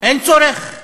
אין צורך בשקיפות?